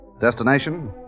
Destination